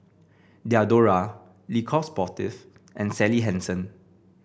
Diadora Le Coq Sportif and Sally Hansen